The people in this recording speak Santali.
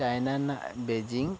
ᱪᱟᱭᱱᱟ ᱨᱮᱱᱟᱜ ᱵᱤᱡᱤᱝ